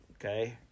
okay